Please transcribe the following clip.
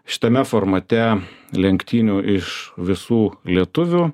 šitame formate lenktynių iš visų lietuvių